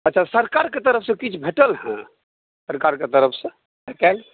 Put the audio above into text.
अच्छा सरकारकेँ तरफसे किछु भेटल हँ सरकारके तरफसँ आइकाल्हि